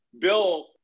Bill